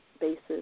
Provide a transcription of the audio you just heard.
basis